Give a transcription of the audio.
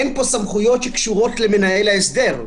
אין פה סמכויות שקשורות למנהל ההסדר.